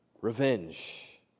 revenge